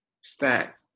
stack